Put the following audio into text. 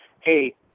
hey